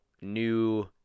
New